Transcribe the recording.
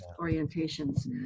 orientations